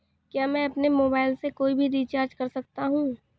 क्या मैं अपने मोबाइल से कोई भी रिचार्ज कर सकता हूँ?